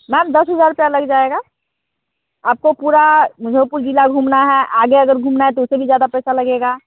ma'am दस हज़ार रूपये लग जाएगा आपको पूरा मुज़फ़्फ़रपुर ज़िला घूमना है आगे अगर घूमना है तो उससे भी ज़्यादा पैसा लगेगा